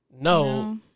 No